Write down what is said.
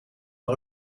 een